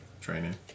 training